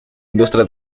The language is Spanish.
industria